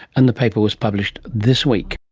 and the paper was published this week